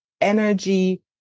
energy